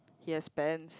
he has pants